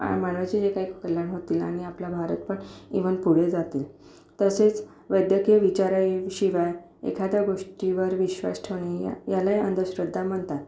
मानवाचे जे काही कल्याण होतील आणि आपला भारत पण ईवन पुढे जातील तसेच वैद्यकीय विचारांशिवाय एखाद्या गोष्टीवर विश्वास ठेवणे या यालाही अंधश्रद्धा म्हणतात